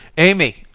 amy!